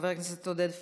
חבר הכנסת עודד פורר,